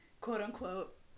quote-unquote